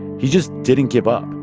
he just didn't give up.